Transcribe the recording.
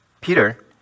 Peter